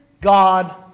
God